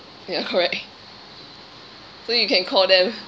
ya correct so you can call them